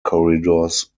corridors